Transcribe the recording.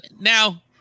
now